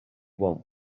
want